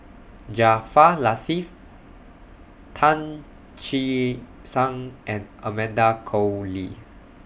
Jaafar Latiff Tan Che Sang and Amanda Koe Lee